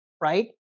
Right